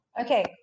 Okay